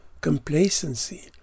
complacency